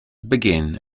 begin